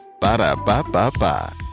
Ba-da-ba-ba-ba